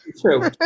true